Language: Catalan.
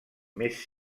més